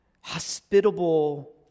hospitable